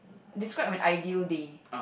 describe an ideal day